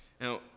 Now